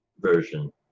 version